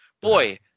Boy